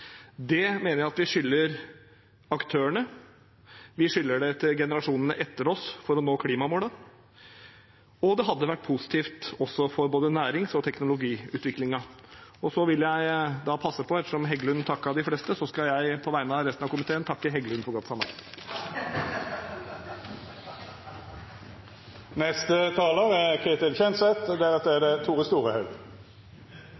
Det mener jeg at vi skylder aktørene, at vi skylder generasjonene etter oss, for å nå klimamålene, og det hadde også vært positivt for både næringsutvikling og teknologiutvikling. Ettersom Heggelund takket de fleste, skal jeg, på vegne av komiteen, passe på å takke Heggelund for et godt samarbeid. Jeg starter der representanten Myhrvold nesten sluttet. En gavepakke – ja, dette kan være den store gavepakken til klimaet og til kloden de neste